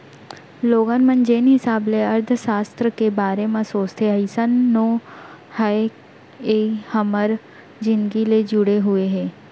लोगन मन जेन हिसाब ले अर्थसास्त्र के बारे म सोचथे अइसन नो हय ए ह हमर जिनगी ले जुड़े हुए हे